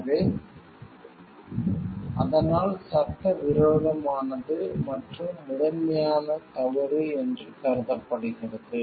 எனவே அதனால் சட்டவிரோதமானது மற்றும் முதன்மையான தவறு என்று கருதப்படுகிறது